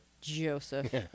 joseph